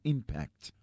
Impact